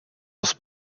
was